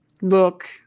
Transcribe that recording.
look